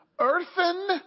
Earthen